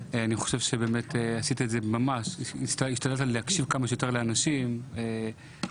אני חושב שבאמת עשית את זה והשתדלת להקשיב כמה שיותר לאנשים ולשמוע.